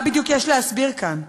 מה בדיוק יש להסביר כאן?